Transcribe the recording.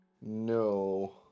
No